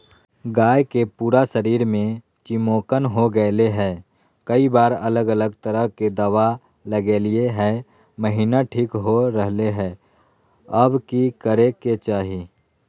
गाय के पूरा शरीर में चिमोकन हो गेलै है, कई बार अलग अलग तरह के दवा ल्गैलिए है महिना ठीक हो रहले है, अब की करे के चाही?